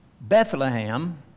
Bethlehem